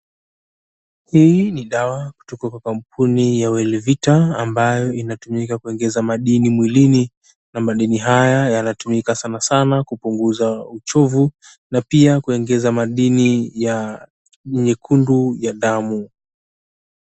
Hii ni dawa kutoka kwa kampuni ya Wellvita ambayo inatumika kuongeza madini mwilini na madini haya yanatumika sana sana kupunguza uchovu na pia kuongeza madini ya nyekundu ya damu.